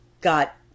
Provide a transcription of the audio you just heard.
got